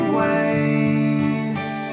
waves